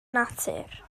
natur